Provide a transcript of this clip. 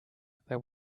they